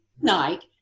night